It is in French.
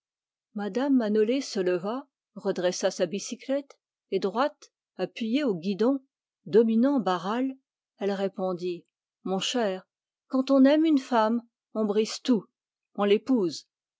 mme manolé se leva redressa sa bicyclette et droite appuyée au guidon dominant barral elle répondit mon cher quand on aime une femme on brise tout on l'épouse